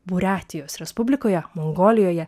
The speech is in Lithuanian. buriatijos respublikoje mongolijoje